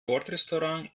bordrestaurant